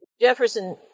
Jefferson